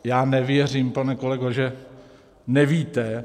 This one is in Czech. Já nevěřím, pane kolego, že nevíte.